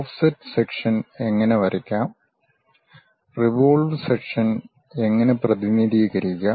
offset section എങ്ങനെ വരയ്ക്കാം revolve sections എങ്ങനെ പ്രതിനിധീകരിക്കാം